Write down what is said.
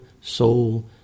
soul